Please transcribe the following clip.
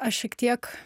aš šiek tiek